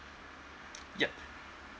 yup